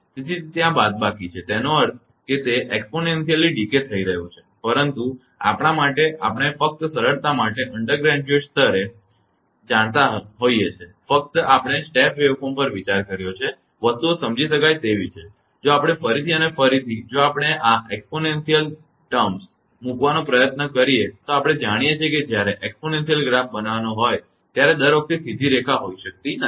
તેથી તે ત્યાં બાદબાકી છે એનો અર્થ એ કે તે ઝડપથી ક્ષીણ થઈ રહ્યું છે પરંતુ આપણાં માટે આપણે ફક્ત સરળતા માટે અંડરગ્રેજ્યુએટ સ્તરે જાણતા હોઈએ છીએ ફક્ત આપણે સ્ટેપ વેવેફોર્મ પર વિચાર કર્યો છે કે વસ્તુઓ સમજી શકાય તેવી છે અને જો આપણે ફરીથી અને ફરીથી જો આપણે આ ઘાતાંકીય શબ્દો મૂકવાનો પ્રયત્ન કરીએ તો આપણે જાણીએ છીએ કે જ્યારે આપણે exponential graph બનાવવો હોય ત્યારે દર વખતે તે સીધી રેખા હોઈ શકતી નથી